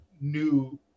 new